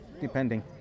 Depending